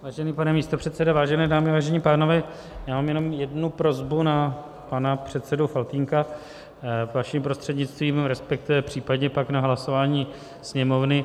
Vážený pane místopředsedo, vážené dámy, vážení pánové, mám jenom jednu prosbu na pana předsedu Faltýnka vaším prostřednictvím, resp. případně pak na hlasování Sněmovny.